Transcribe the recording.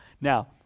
now